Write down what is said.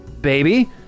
baby